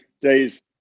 days